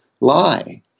lie